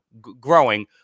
growing